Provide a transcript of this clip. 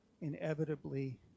Inevitably